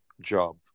job